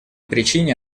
причине